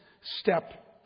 step